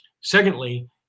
Secondly